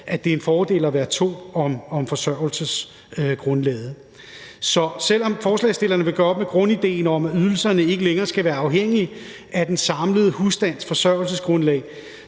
at det er en fordel at være to om forsørgelsesgrundlaget. Så selv om forslagsstillerne vil gøre op med grundidéen om, at ydelserne skal være afhængige af den samlede husstands forsørgelsesgrundlag,